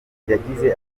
yagize